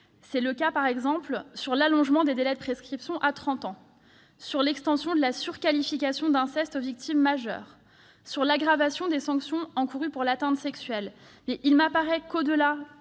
C'est le cas, par exemple, sur l'allongement des délais de prescription à trente ans, sur l'extension de la surqualification d'inceste aux victimes majeures, sur l'aggravation des sanctions encourues pour l'atteinte sexuelle. Il m'apparaît que, au-delà